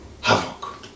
havoc